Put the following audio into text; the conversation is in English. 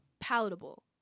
palatable